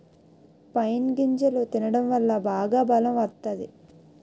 pine గింజలు తినడం వల్ల బాగా బలం వత్తాది